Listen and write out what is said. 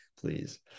please